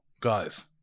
guys